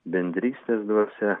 bendrystės dvasia